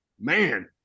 Man